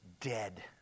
dead